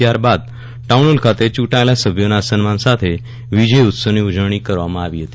ત્યારબાદ ટાઉનહોલ ખાતે ચૂંટાયેલા સભ્યોના સન્માન સમાથે વિજય ઉત્સવની ઉજવણી કરવામાં આવી હતી